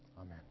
amen